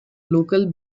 local